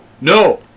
No